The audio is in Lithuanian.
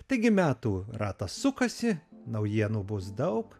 taigi metų ratas sukasi naujienų bus daug